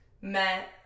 met